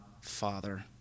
Father